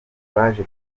baje